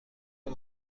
این